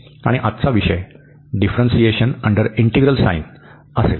आणि आजचा विषय डीफ्रन्सिएशन अंडर इंटिग्रल साइन असेल